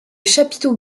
chapiteau